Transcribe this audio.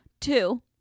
two